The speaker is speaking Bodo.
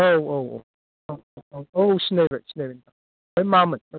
औ औ औ औ औ सिनायबाय सिनायबाय ओमफाय मामोन